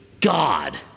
God